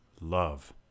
love